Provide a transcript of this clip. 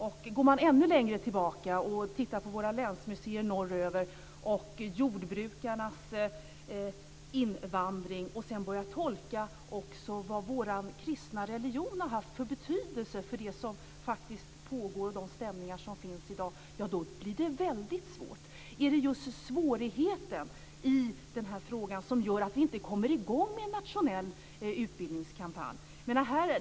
Och går man ännu längre tillbaka och tittar på jordbrukarnas invandring och börjar tolka vad vår kristna religion har haft för betydelse för det som faktiskt pågår och de stämningar som finns i dag, blir det väldigt svårt. Är det just svårigheten i den här frågan som gör att vi inte kommer i gång med en nationell utbildningskampanj?